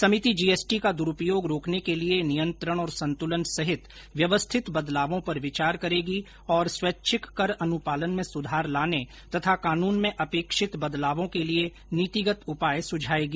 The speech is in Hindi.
समिति जीएसटी का द्रुपयोग रोकने के लिए नियंत्रण और संतुलन सहित व्यवस्थित बदलावों पर विचार करेगी और स्वैच्छिक कर अनुपालन में सुधार लाने तथा कानून में अपेक्षित बदलावों के लिए नीतिगत उपाय सुझाएगी